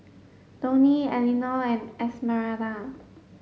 Donie Elinor and Esmeralda